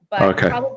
okay